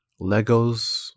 Legos